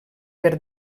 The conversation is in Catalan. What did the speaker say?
per